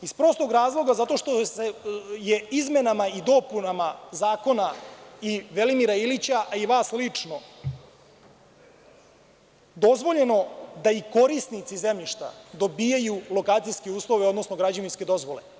Iz prostog razloga, zato što je izmenama i dopunama zakona, i Velimira Ilića i vas lično, dozvoljeno da i korisnici zemljišta dobijaju lokacijske uslove, odnosno građevinske dozvole.